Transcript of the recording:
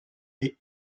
est